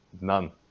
None